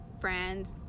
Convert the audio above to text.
friends